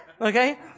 okay